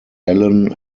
allen